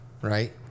right